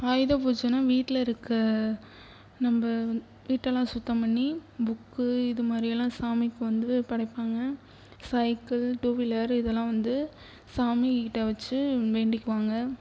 ஆயுத பூஜைனா வீட்டில இருக்க நம்ப வீட்டைலாம் சுத்தம் பண்ணி புக்கு இதுமாதிரியெல்லாம் சாமிக்கு வந்து படைப்பாங்க சைக்கிள் டூவீலர் இதெல்லாம் வந்து சாமிக்கிட்ட வச்சு வேண்டிக்குவாங்க